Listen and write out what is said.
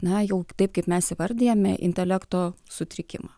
na jau taip kaip mes įvardijame intelekto sutrikimą